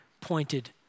pointed